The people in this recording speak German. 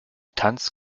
tanz